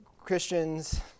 Christians